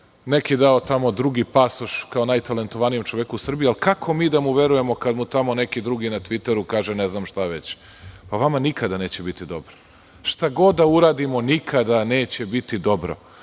neki tamo drugi dao pasoš kao najtalentovanijem čoveku u Srbiji, ali kako mi da mu verujemo kada mu tamo neki drugi na Tviteru kaže ne znam šta već? Vama nikada neće biti dobro. Šta god da uradimo, nikada neće biti dobro